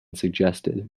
suggested